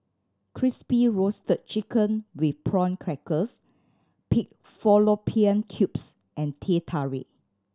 Crispy Roasted Chicken with Prawn Crackers pig fallopian tubes and Teh Tarik